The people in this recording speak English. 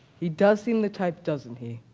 he does seem the type, doesn't he?